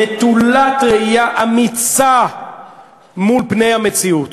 נטולת ראייה אמיצה מול פני המציאות,